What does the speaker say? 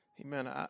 Amen